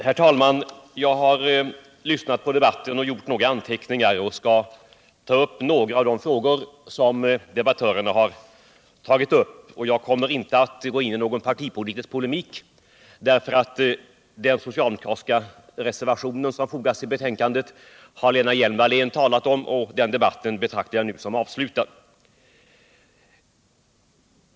Herr talman! Jag har lyssnat på debatten och gjort några anteckningar och skall ta upp några av de frågor som debattörerna berört. Jag kommer inte att gå in i någon partipolitisk polemik — den socialdemokratiska reservation som har fogats till betänkandet har Lena Hjelm-Wallén talat om, och den debatten betraktar jag nu som avslutad.